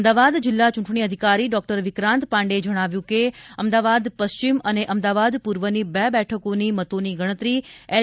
અમદાવાદ જિલ્લા ચૂંટણી અધિકારી ડોક્ટર વિક્રાંત પાંડેએ જણાવ્યું કે અમદાવાદ પશ્ચિમ અને અમદાવાદ પૂર્વની બે બેઠકોની મતોની ગણતરી એલ